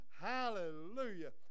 Hallelujah